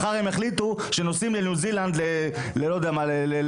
מחר הם יחליטו שנוסעים לניו-זילנד לשבועיים.